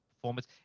performance